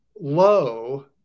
low